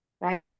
right